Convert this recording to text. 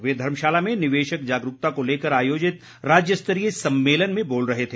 वे धर्मशाला में निवेशक जागरूकता को लेकर आयोजित राज्यस्तरीय सम्मेलन में बोल रहे थे